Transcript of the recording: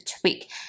tweak